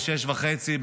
ב-18:30,